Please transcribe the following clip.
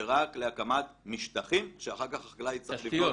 זה רק להקמת משטחים שאחר כך החקלאי יצטרך לבנות